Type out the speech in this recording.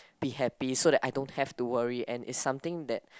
be happy so that I don't have to worry and it's something that